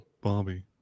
Bobby